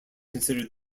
considered